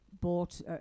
bought